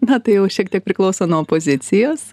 na tai jau šiek tiek priklauso nuo opozicijos